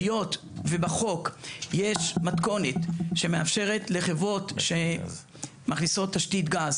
היות שבחוק יש מתכונת שמאפשרת לחברות שמכניסות תשתית גז